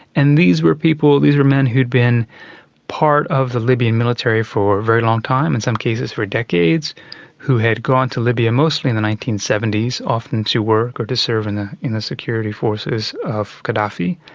and these were people, these were men, who'd been part of the libyan military for a very long time in some cases for decades who had gone to libya mostly in the nineteen seventy s, often to work or to serve in the security forces of gaddafi.